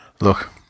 Look